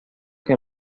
que